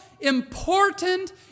important